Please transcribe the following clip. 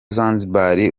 zanzibar